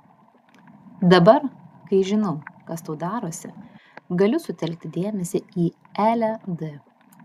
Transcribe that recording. dabar kai žinau kas tau darosi galiu sutelkti dėmesį į elę d